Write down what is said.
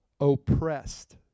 oppressed